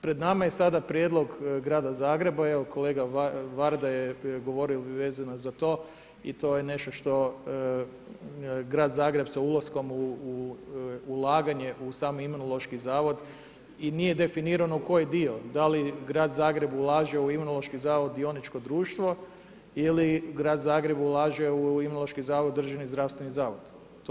Pred nama je sada prijedlog grada Zagreba, kolega Vardaj je govorio vezano za to i to je nešto što grad Zagreb sa ulaskom u ulaganje u sam Imunološki zavod i nije definirano koji dio, da li grad Zagreb ulaže u Imunološki zavod dioničko društvo ili grad Zagreb ulaže u Imunološki zavod, Državni zdravstveni zavod.